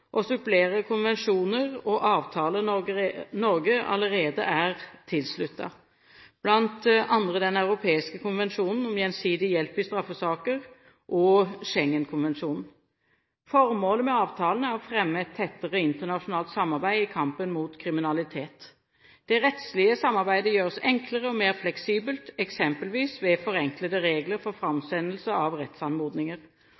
og supplerer konvensjoner og avtaler Norge allerede er tilsluttet, bl.a. Den europeiske konvensjonen om gjensidig hjelp i straffesaker og Schengenkonvensjonen. Formålet med avtalene er å fremme et tettere internasjonalt samarbeid i kampen mot kriminalitet. Det rettslige samarbeidet gjøres enklere og mer fleksibelt, eksempelvis ved forenklede regler for